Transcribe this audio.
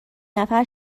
نفر